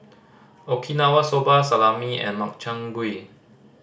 Okinawa Soba Salami and Makchang Gui